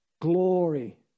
glory